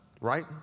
right